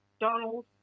Donald